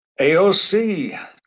AOC